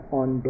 on